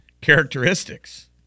characteristics